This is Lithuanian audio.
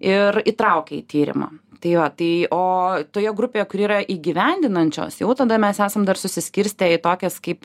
ir įtraukia į tyrimą tai jo tai o toje grupėje kuri yra įgyvendinančios jau tada mes esam dar susiskirstę į tokias kaip